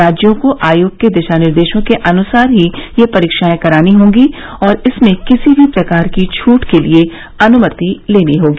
राज्यों को आयोग के दिशा निर्देशों के अनुसार ही ये परीक्षाएं करानी होगी और इसमें किसी भी प्रकार की छूट के लिए अनुमति लेनी होगी